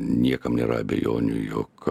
niekam nėra abejonių jog